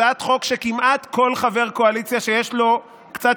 הצעת חוק שכמעט כל חבר קואליציה שיש לו קצת